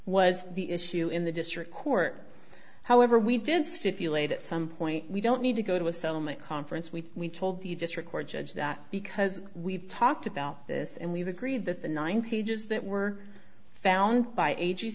was the issue in the district court however we did stipulate at some point we don't need to go to a settlement conference we told the district court judge that because we've talked about this and we've agreed that the nine pages that were found by a